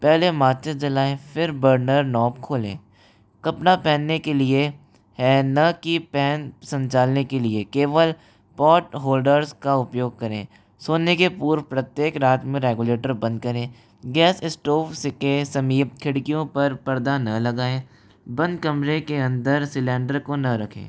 पहले माचिस जलाये फिर बर्नर नॉब खोलें कपड़ा पहनने के लिए है न कि पैन संचालने के लिए केवल पॉट होल्डर्स का उपयोग करें सोने के पूर्व प्रत्येक रात में रेगुलेटर बंद करें गैस स्टोव्स के समीप खिड़कियों पर पर्दा ना लगाएँ बंद कमरे के अंदर सिलेंडर को न रखें